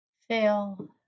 Fail